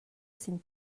sin